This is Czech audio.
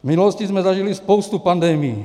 V minulosti jsme zažili spoustu pandemií.